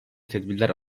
tedbirler